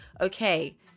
okay